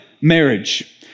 marriage